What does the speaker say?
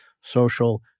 social